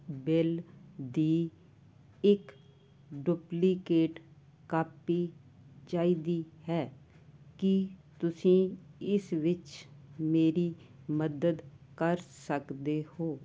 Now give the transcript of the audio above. bill ਦੀ ਇੱਕ duplicate copy ਚਾਹੀਦੀ ਹੈ ਕੀ ਤੁਸੀਂ ਇਸ ਵਿੱਚ ਮੇਰੀ ਮਦਦ ਕਰ ਸਕਦੇ ਹੋ